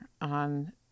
on